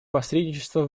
посредничества